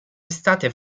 estate